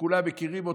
שכולם מכירים,